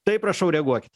tai prašau reaguokit